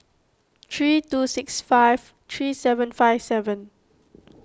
three two six five three seven five seven